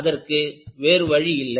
அதற்கு வேறு வழியில்லை